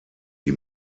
die